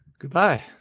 Goodbye